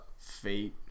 Fate